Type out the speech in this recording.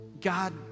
God